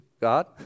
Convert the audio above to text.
God